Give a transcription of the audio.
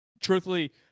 Truthfully